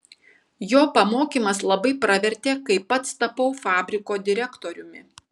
jo pamokymas labai pravertė kai pats tapau fabriko direktoriumi